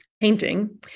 painting